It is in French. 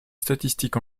statistiques